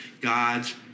God's